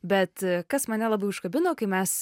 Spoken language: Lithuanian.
bet kas mane labai užkabino kai mes